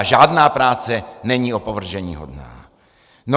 Žádná práce není opovrženíhodná.